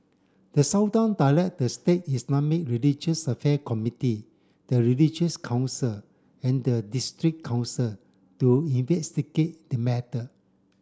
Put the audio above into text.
the Sultan direct the state Islamic religious affair committee the religious council and the district council to investigate the matter